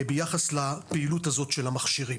ביחס לפעילות הזאת של המכשירים.